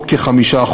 או כ-5%,